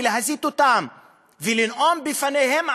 להסית אותם ולנאום לפניהם,